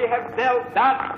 בלי הבדל דת,